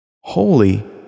Holy